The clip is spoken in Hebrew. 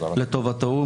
לטובתו הוא,